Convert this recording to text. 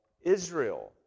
Israel